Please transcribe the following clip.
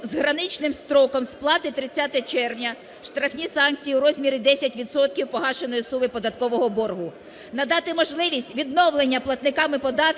із граничним строком сплати 30 червня штрафні санкції у розмірі 10 відсотків погашеної суми податкового боргу. Надати можливість відновлення платниками податків